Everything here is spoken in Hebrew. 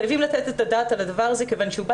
חייבים לתת את הדעת על הדבר הזה כיוון שהוא בא